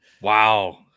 wow